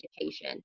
education